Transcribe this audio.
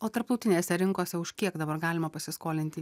o tarptautinėse rinkose už kiek dabar galima pasiskolinti